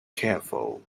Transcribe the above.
careful